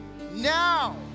now